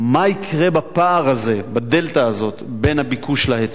מה יקרה בפער הזה, בדלתא הזאת, בין הביקוש להיצע?